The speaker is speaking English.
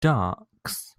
ducks